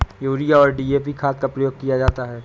urea और DAP खाद का प्रयोग किया जाता है